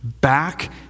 back